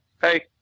hey